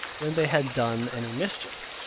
when they had done any mischief,